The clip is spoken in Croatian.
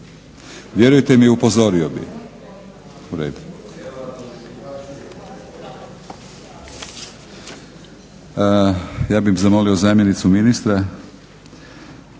Vjerujte mi upozorio bih. Ja bih zamolio zamjenicu ministra